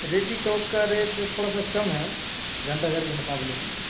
ریٹی چوک کا ریٹ تھوڑا سا کم ہے گھنٹہ گھر کے مقابلے میں